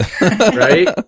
right